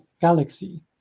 galaxy